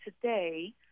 today